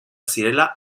zirela